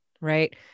right